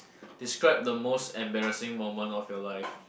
describe the most embarrassing moment of your life